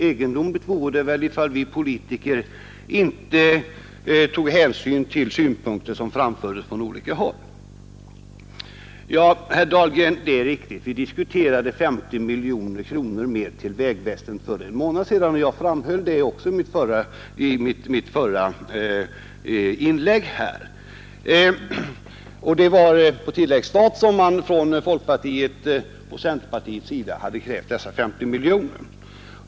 Egendomligt vore det väl ifall vi politiker inte tog hänsyn till synpunkter som framförs från olika håll. Ja, herr Dahlgren, det är riktigt att vi för en månad sedan diskuterade 50 miljoner kronor mer till vägväsendet. Det framhöll jag också i mitt förra inlägg. Det var på tilläggsstat som man från folkpartiets och centerpartiets sida hade krävt dessa 50 miljoner.